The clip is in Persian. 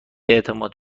اعتماد